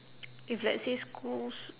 if let's say schools